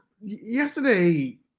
yesterday